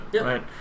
Right